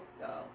go